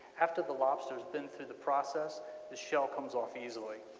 after the lobster has been through the process the shell comes off easily.